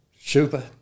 super